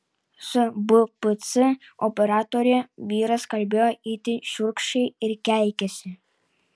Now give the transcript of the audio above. su bpc operatore vyras kalbėjo itin šiurkščiai ir keikėsi